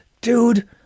Dude